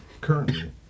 Currently